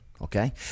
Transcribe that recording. okay